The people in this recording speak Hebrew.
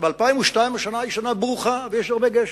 ב-2002 היתה שנה ברוכה והיה הרבה גשם,